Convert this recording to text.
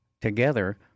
together